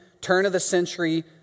turn-of-the-century